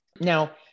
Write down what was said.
Now